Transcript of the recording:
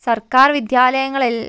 സർക്കാർ വിദ്യാലങ്ങളിൽ